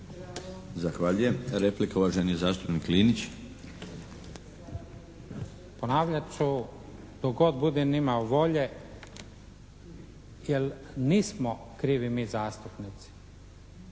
Zahvaljujem. Replika, uvaženi zastupnik Linić. **Linić, Slavko (SDP)** Ponavljat ću dok god budem imao volje jel' nismo krivi mi zastupnici.